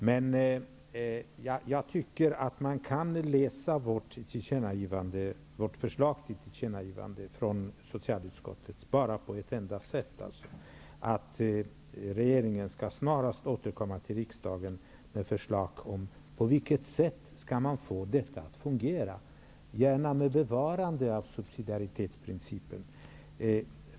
Men man kan enligt min mening läsa socialutskottets förslag till tillkännagivande bara på ett enda sätt: Regeringen skall snarast återkomma till riksdagen med förslag till hur man skall få det att fungera, gärna med bevarande av subsidiaritetsprincipen.